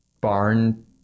barn